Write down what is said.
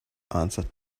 answered